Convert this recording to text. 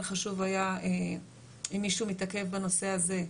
חשוב היה אם מישהו מתעכב בנושא הזה,